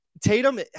Tatum